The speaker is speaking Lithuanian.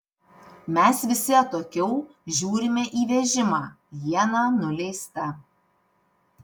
mes visi atokiau žiūrime į vežimą iena nuleista